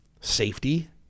safety